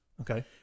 Okay